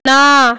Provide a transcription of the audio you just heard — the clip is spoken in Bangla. না